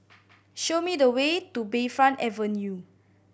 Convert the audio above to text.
show me the way to Bayfront Avenue